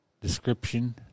description